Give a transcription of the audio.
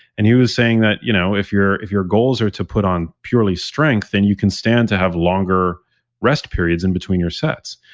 and he was saying that you know if your if your goals are to put on purely strength, then you can stand to have longer rest periods in between your sets.